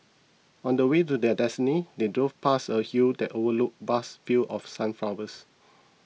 on the way to their destiny they drove past a hill that overlooked vast fields of sunflowers